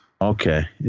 Okay